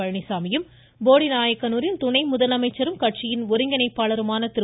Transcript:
பழனிசாமியும் போடி நாயக்கனூரில் துணை முதலமைச்சரும் கட்சியின் ஒருங்கிணைப்பாளருமான திரு